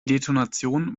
detonation